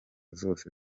zose